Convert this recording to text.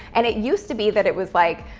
and it used to be that it was like,